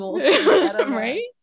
right